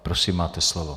Prosím, máte slovo.